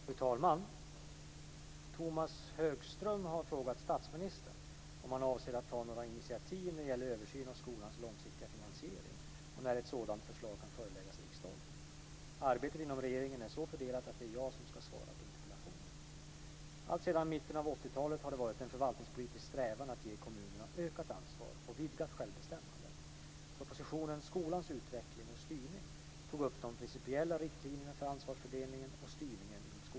Fru talman! Tomas Högström har frågat statsministern om han avser att ta några initiativ när det gäller översyn av skolans långsiktiga finansiering och när ett sådant förslag kan föreläggas riksdagen. Arbetet inom regeringen är så fördelat att det är jag som ska svara på interpellationen. Alltsedan mitten av 1980-talet har det varit en förvaltningspolitisk strävan att ge kommunerna ökat ansvar och vidgat självbestämmande. Propositionen Skolans utveckling och styrning tog upp de principiella riktlinjerna för ansvarsfördelningen och styrningen inom skolans område.